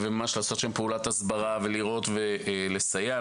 ולעשות שם ממש פעולת הסברה ולראות ולסייע.